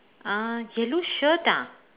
uh yellow shirt ah